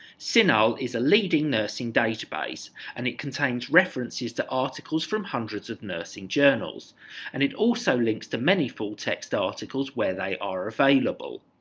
so cinahl is a leading nursing database and it contains references to articles from hundreds of nursing journals and it also links to many full-text articles where they are available.